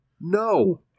no